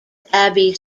abbey